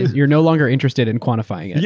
you're no longer interested in quantifying and